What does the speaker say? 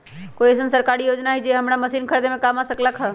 कोइ अईसन सरकारी योजना हई जे हमरा मशीन खरीदे में काम आ सकलक ह?